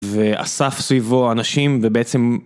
ואסף סביבו אנשים ובעצם...